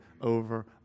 over